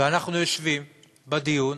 ואנחנו יושבים בדיון